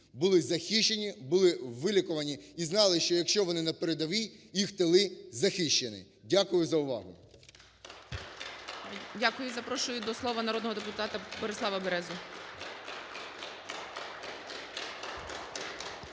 були захищені, були вилікувані і знали, що якщо вони на передовій, їх тили захищені. Дякую за увагу.